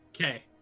okay